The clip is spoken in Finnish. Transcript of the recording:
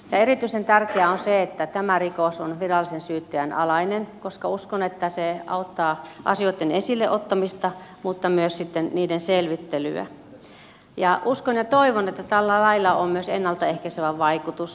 erityisen tärkeää on se että tämä rikos on virallisen syytteen alainen koska uskon että se auttaa asioitten esille ottamista mutta myös sitten niiden selvittelyä ja uskon ja toivon että tällä lailla on myös ennalta ehkäisevä vaikutus